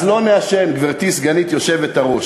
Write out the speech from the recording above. אז לא נעשן, גברתי, סגנית היושב-ראש.